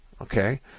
Okay